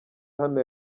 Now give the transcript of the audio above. hano